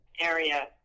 area